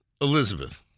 Elizabeth